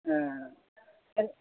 ஆ ஆ சரி